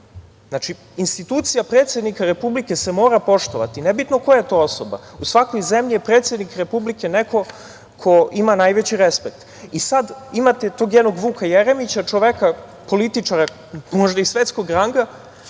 Republike. Institucija predsednika Republike se mora poštovati, nebitno koja je to osoba. U svakoj zemlji je predsednik Republike neko ko ima najveći respekt. I sad imate tog jednog Vuka Jeremića, čoveka političara možda i svetskog ranga,